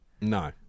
No